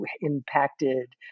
impacted